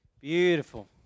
Beautiful